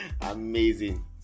Amazing